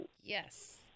Yes